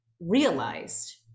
realized